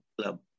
Club